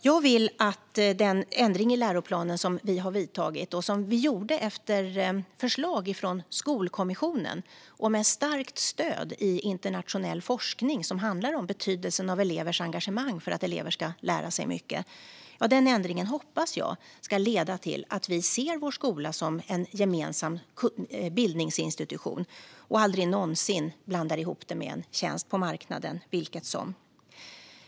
Jag hoppas att den ändring i läroplanen som vi har vidtagit, som gjordes efter förslag från Skolkommissionen, och med starkt stöd i internationell forskning om betydelsen av elevers engagemang för att elever ska lära sig mycket, ska leda till att vi ser vår skola som en gemensam bildningsinstitution och aldrig blandar ihop den med en tjänst på marknaden - vilken som.